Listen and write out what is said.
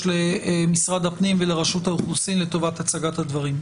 למשרד הפנים ולרשות האוכלוסין לטובת הצגת הדברים.